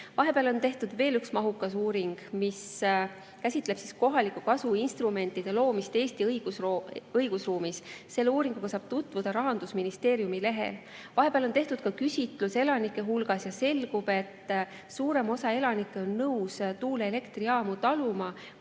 Vahepeal on tehtud veel üks mahukas uuring, mis käsitleb kohaliku kasu instrumentide loomist Eesti õigusruumis. Selle uuringuga saab tutvuda Rahandusministeeriumi lehel. Vahepeal on tehtud ka küsitlus elanike hulgas ja selgub, et suurem osa elanikke on nõus tuuleelektrijaamu taluma,